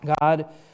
God